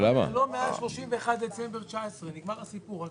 עד יום 31 בדצמבר 2019, נגמר הסיפור.